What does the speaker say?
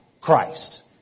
Christ